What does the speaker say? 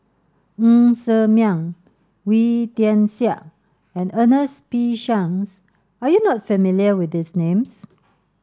Ng Ser Miang Wee Tian Siak and Ernest P Shanks are you not familiar with these names